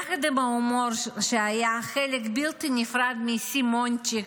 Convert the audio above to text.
יחד עם ההומור, שהיה חלק בלתי נפרד מסימונצ'יק,